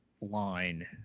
line